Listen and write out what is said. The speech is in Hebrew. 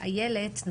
מנהלת אגף התזונה,